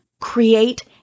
create